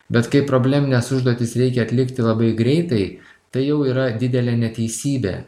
bet kai problemines užduotis reikia atlikti labai greitai tai jau yra didelė neteisybė